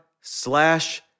slash